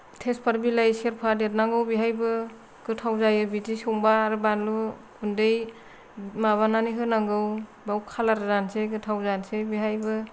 थेजपात बिलाइ सेरफा देरनांगौ बेहायबो गोथाव जायो बिदि संबा आरो बानलु गुन्दै माबानानै होनांगौ बाव खालार जानोसै गोथान जानोसै बेहायबो